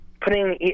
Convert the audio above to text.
putting